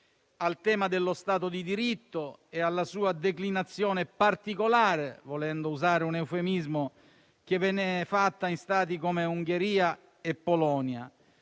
al tema dello Stato di diritto e alla sua declinazione particolare - volendo usare un eufemismo - che viene fatta in Stati come Ungheria e Polonia.